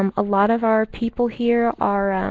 um a lot of our people here are